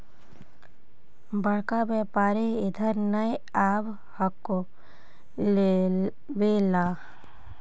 बड़का व्यापारि इधर नय आब हको लेबे ला?